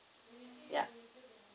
yup